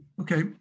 Okay